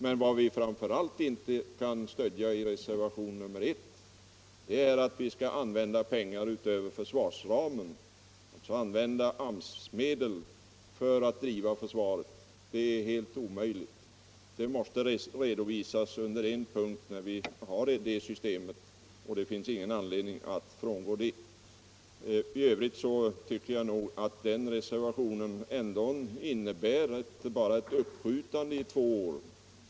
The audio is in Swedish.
Men vad vi framför allt inte kan stödja i reservationen 1 är att man skulle använda pengar utöver försvarsplanen, alltså använda AMS-medel för att driva försvaret. Det är helt omöjligt. Detta måste redovisas under den punkt där vi har det systemet, och det finns ingen anledning att frångå det. I övrigt tycker jag att denna reservation ändå bara innebär ett uppskjutande i två år.